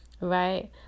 right